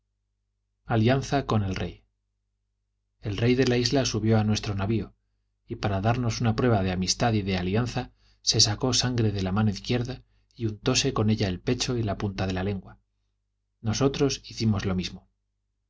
alianza con el rey el rey de la isla subió a nuestro navio y para darnos una prueba de amistad y de alianza se sacó sangre de la mano izquierda y untóse con ella el pecho y la punta de la lengua nosotros hicimos lo mismo